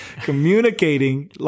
communicating